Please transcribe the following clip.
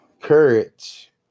courage